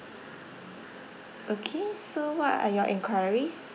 okay so what are your enquiries